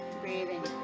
Breathing